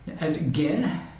again